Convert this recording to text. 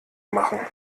machen